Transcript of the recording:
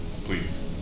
please